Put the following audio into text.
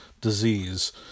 disease